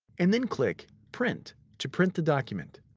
and then click print to print the document.